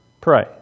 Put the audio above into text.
Pray